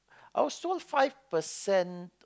also five percent